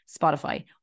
Spotify